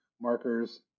markers